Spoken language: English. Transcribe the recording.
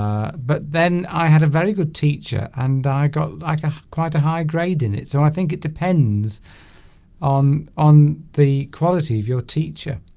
but then i had a very good teacher and i got i got quite a high grade in it so i think it depends on on the quality of your teacher